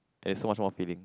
is much more filling